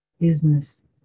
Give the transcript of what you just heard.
Business